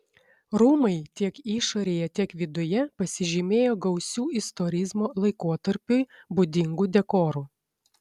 rūmai tiek išorėje tiek viduje pasižymėjo gausiu istorizmo laikotarpiui būdingu dekoru